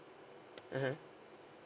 mmhmm